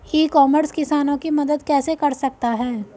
ई commerce किसानों की मदद कैसे कर सकता है?